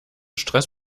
stress